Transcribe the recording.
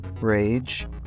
rage